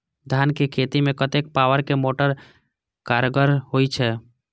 धान के खेती में कतेक पावर के मोटर कारगर होई छै?